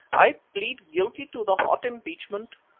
i plead guilty to the hot impeachment.